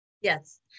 Yes